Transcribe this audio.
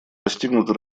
достигнуто